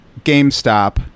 GameStop